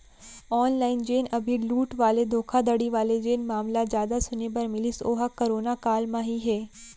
online जेन अभी लूट वाले धोखाघड़ी वाले जेन मामला जादा सुने बर मिलिस ओहा करोना काल म ही हे